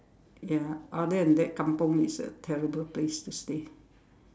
ya other than that kampung is a terrible place to stay